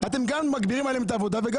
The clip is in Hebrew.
אתם גם מכבידים עליהם את העבודה וגם